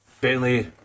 Bentley